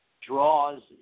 Draws